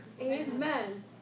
Amen